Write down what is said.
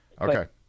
okay